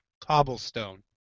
Cobblestone